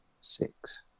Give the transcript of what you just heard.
six